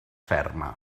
ferma